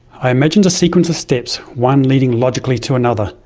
i imagined a sequence of steps, one leading logically to another.